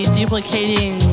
duplicating